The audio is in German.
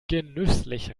genüsslich